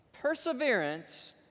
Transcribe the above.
Perseverance